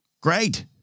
great